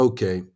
Okay